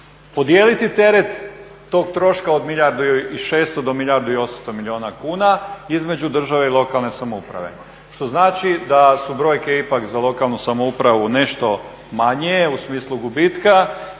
Podijeliti teret tog troška od milijardu i šesto, do milijardu i osamsto milijuna kuna između države i lokalne samouprave što znači da su brojke ipak za lokalnu samoupravu nešto manje u smislu gubitka